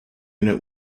unit